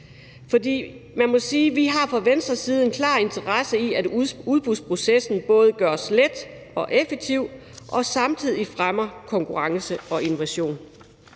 at vi fra Venstres side har en klar interesse i, at udbudsprocessen både gøres let og effektiv og samtidig fremmer konkurrence og innovation.